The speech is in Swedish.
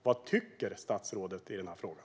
Vad tycker statsrådet i den här frågan?